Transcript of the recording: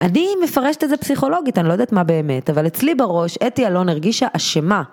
אני מפרשת את זה פסיכולוגית, אני לא יודעת מה באמת, אבל אצלי בראש אתי אלון הרגישה אשמה.